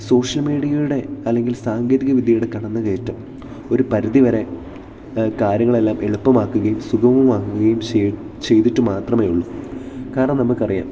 social മീഡിയേയുടെ അല്ലെങ്കിൽ സാങ്കേതിക വിദ്യയുടെ കടന്നുക്കയറ്റം ഒരു പരിധി വരെ കാര്യങ്ങൾ എല്ലാം എളുപ്പമാക്കുകയും സുഗമമാക്കുകയും ചെയ്തിട്ട് മാത്രമേയുള്ളു കാരണം നമുക്ക് അറിയാം